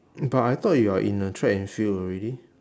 but I thought you are in the track and field already